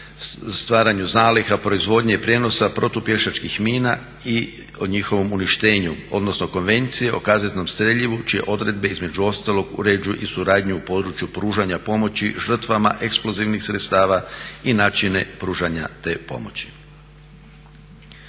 stvaranju zaliha, proizvodnje i prijenosa protupješačkih mina i o njihovom uništenju, odnosno konvencija o kazetnom streljivu čije odredbe između ostalog uređuju i suradnju u području pružanja pomoći žrtvama eksplozivnih sredstava i načine pružanja te pomoći.